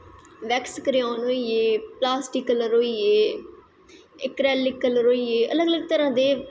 Bacchus क्रान होईये plastic colour होईये इक्रैलिक कल्लर होईये अलग अलग तरां दे